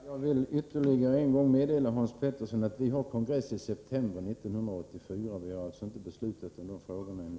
Herr talman! Jag vill ytterligare en gång meddela Hans Petersson i Röstånga att vi har kongress i september 1984. Vi har alltså inte beslutat i de frågorna ännu.